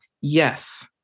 Yes